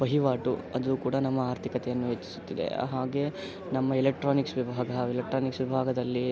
ವಹಿವಾಟು ಅದೂ ಕೂಡ ನಮ್ಮ ಆರ್ಥಿಕತೆಯನ್ನು ಹೆಚ್ಚಿಸುತ್ತದೆ ಹಾಗೇ ನಮ್ಮ ಎಲೆಕ್ಟ್ರಾನಿಕ್ಸ್ ವಿಭಾಗ ಎಲೆಕ್ಟ್ರಾನಿಕ್ಸ್ ವಿಭಾಗದಲ್ಲಿ